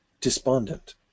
despondent